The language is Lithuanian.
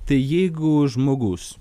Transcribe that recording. tai jeigu žmogus